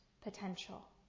potential